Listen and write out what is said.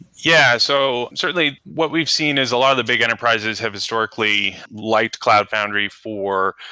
yeah. so certainly, what we've seen is a lot of the big enterprises have historically liked cloud foundry for,